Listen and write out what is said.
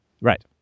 Right